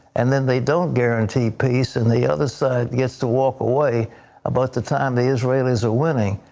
and then they don't guarantee piece and the other side gets to walk away about the time the israelis are winning,